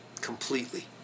completely